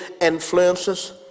influences